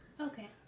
Okay